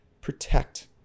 protect